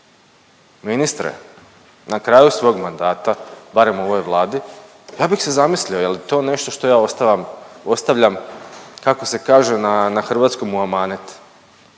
Ministre na kraju svog mandata barem u ovoj Vladi ja bih se zamislio jel to nešto što ja ostavljam kako se kaže na, na hrvatskom u amanet.